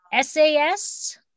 SAS